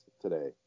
today